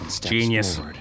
genius